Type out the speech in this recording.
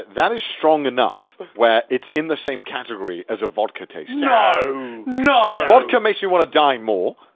that is strong enough where it's in the same category as a vodka tasting. no! no! vodka makes me wanna die more.